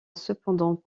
cependant